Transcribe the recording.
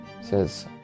says